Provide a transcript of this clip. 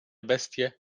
bestie